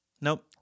Nope